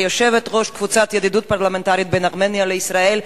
כיושבת-ראש קבוצת הידידות הפרלמנטרית ארמניה-ישראל,